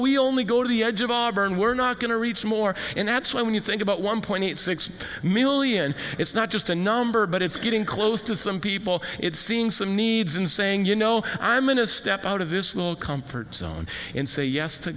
we only go to the edge of auburn we're not going to reach more and that's why when you think about why in point six million it's not just a number but it's getting close to some people it seems the needs in saying you know i'm in a step out of this little comfort zone and say yes to